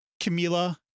Camila